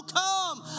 come